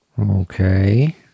Okay